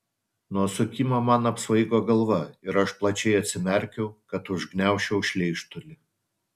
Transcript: nuo sukimo man apsvaigo galva ir aš plačiai atsimerkiau kad užgniaužčiau šleikštulį